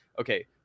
okay